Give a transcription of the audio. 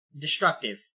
destructive